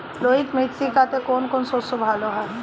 লোহিত মৃত্তিকাতে কোন কোন শস্য ভালো হয়?